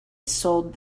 sold